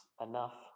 enough